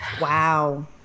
Wow